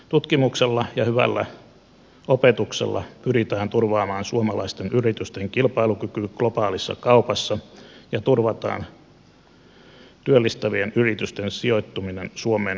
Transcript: tutkimuksella ja hyvällä opetuksella pyritään turvaamaan suomalaisten yritysten kilpailukyky globaalissa kaupassa ja turvataan työllistävien yritysten sijoittuminen suomeen myös tulevaisuudessa